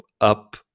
up